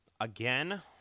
Again